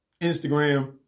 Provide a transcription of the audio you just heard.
Instagram